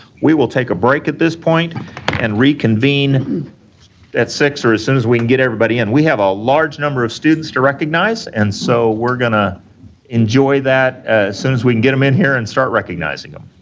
we will take a break at this point and reconvene at six or as soon as we can get everybody in. and we have a large number of students to recognize, and so, we're going to enjoy that as soon as we can get them in here and start recognizing them.